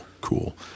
cool